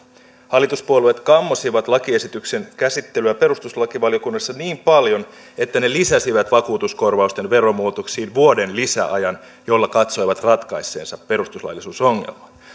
hallituspuolueet kammosivat lakiesityksen käsittelyä perustuslakivaliokunnassa niin paljon että ne lisäsivät vakuutuskorvausten veromuutoksiin vuoden lisäajan jolla katsoivat ratkaisseensa perustuslaillisuusongelman